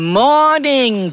morning